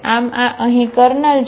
આમ આ અહીં કર્નલ છે